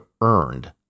earned